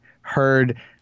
heard –